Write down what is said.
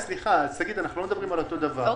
אנחנו לא מדברים על אותו דבר, שגית.